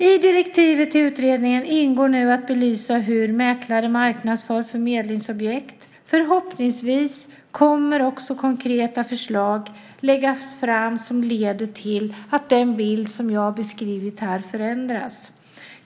I direktivet till utredningen ingår nu att belysa hur mäklare marknadsför förmedlingsobjekt. Förhoppningsvis kommer också konkreta förslag att läggas fram som leder till att den bild som jag beskrivit här förändras.